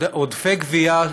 עודפי גבייה,